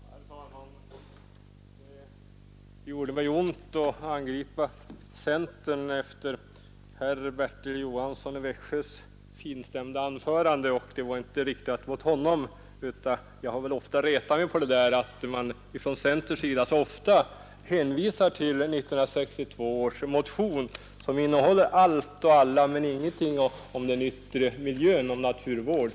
Herr talman! Det gjorde mig ont att angripa centern efter herr Bertil Johanssons i Växjö finstämda anförande. Min kritik var inte riktad mot honom, men jag har många gånger retat mig på att man från centerns sida så mycket hänvisar till 1962 års motion, som innehåller nästan allt, men ingenting om den yttre miljön — om naturvård.